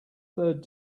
third